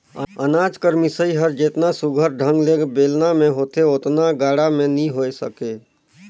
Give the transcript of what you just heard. अनाज कर मिसई हर जेतना सुग्घर ढंग ले बेलना मे होथे ओतना गाड़ा मे नी होए सके